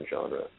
genre